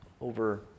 over